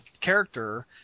character